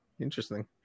Interesting